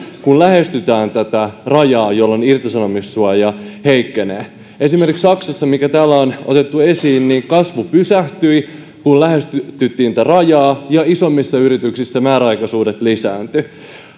kun lähestytään rajaa jolloin irtisanomissuoja heikkenee esimerkiksi saksassa mikä täällä on otettu esiin kasvu pysähtyi kun lähestyttiin tätä rajaa ja isommissa yrityksissä määräaikaisuudet lisääntyivät